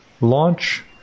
launch